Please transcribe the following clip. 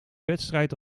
wedstrijd